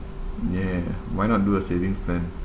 yes why not do the savings plan